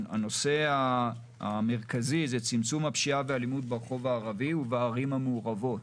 הנושא המרכזי הוא צמצום הפשיעה והאלימות ברחוב הערבי ובערים המעורבות.